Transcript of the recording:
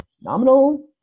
nominal